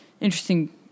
interesting